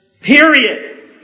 Period